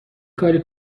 کاری